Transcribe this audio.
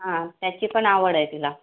हां त्याची पण आवड आहे तिला